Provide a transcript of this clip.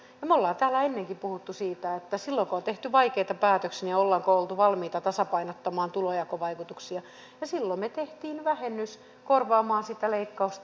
me olemme täällä ennenkin puhuneet siitä että silloin kun on tehty vaikeita päätöksiä ollaan oltu valmiita tasapainottamaan tulonjakovaikutuksia ja silloin me teimme vähennyksen korvaamaan sitä leikkausta